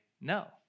no